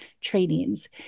trainings